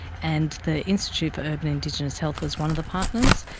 and the institute for urban indigenous health was one of the partners,